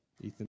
Ethan